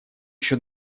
еще